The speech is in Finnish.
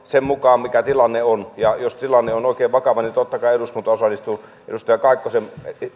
sen mukaan mikä tilanne on ja jos tilanne on oikein vakava niin totta kai eduskunta osallistuu edustaja kaikkosen